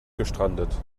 gestrandet